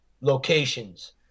locations